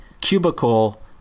cubicle